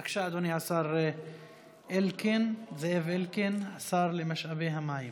בבקשה, אדוני השר זאב אלקין, השר למשאבי המים.